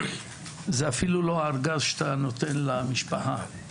זה אפילו לא ארגז שאתה נותן למשפחה,